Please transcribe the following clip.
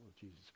Jesus